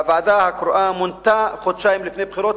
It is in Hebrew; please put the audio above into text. הוועדה הקרואה מונתה חודשיים לפני בחירות,